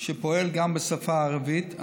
שפועל גם בשפה הערבית,